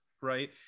right